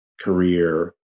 career